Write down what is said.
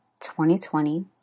2020